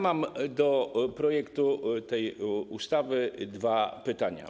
Mam do projektu tej ustawy dwa pytania.